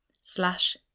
slash